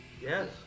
Yes